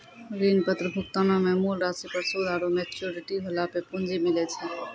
ऋण पत्र भुगतानो मे मूल राशि पर सूद आरु मेच्योरिटी होला पे पूंजी मिलै छै